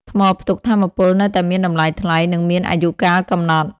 ថ្មផ្ទុកថាមពលនៅតែមានតម្លៃថ្លៃ និងមានអាយុកាលកំណត់។